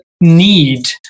need